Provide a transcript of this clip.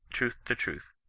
truth to truth,